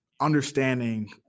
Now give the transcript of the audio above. understanding